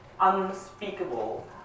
unspeakable